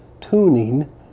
tuning